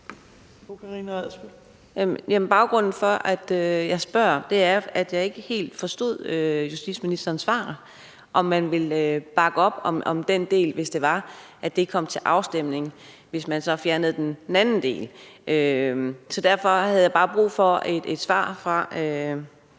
Baggrunden for, at jeg spørger, er, at jeg ikke helt forstod justitsministerens svar, altså om man ville bakke op om den del, hvis det kom til afstemning, hvis vi så fjernede den anden del. Derfor havde jeg bare brug for et svar fra